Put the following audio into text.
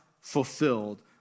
fulfilled